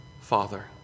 Father